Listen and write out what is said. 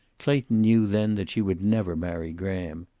clayton knew then that she would never marry graham.